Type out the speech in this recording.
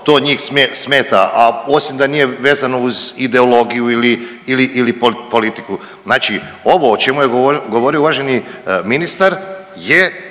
to njih smeta, a osim da nije vezano uz ideologiju ili, ili politiku. Znači ovo o čemu je govorio uvaženi ministar je